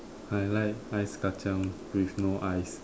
I like ice Kachang with no ice